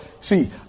See